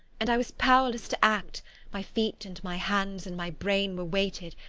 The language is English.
and i was powerless to act my feet, and my hands, and my brain were weighted,